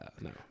no